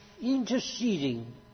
interceding